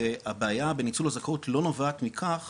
והבעיה בניצול הזכאות לא נובעת מכך